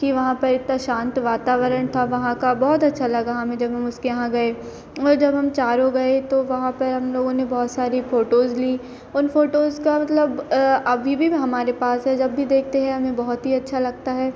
कि वहाँ पर इतना शांत वातावरण था वहाँ का बहुत अच्छा लगा हमें जब हम उसके यहाँ गए और जब चारों गए तो वहाँ पर हम लोगों ने बहुत सारी फ़ोटोज़ लीं उन फ़ोटोज़ का मतलब अभी भी हमारे पास है जब भी देखते हैं हमें बहुत ही अच्छा लगता है